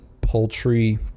poultry